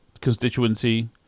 constituency